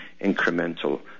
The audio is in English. incremental